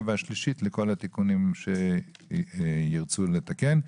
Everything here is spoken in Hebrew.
והשלישית לכל התיקונים שירצו לתקן.